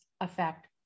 affect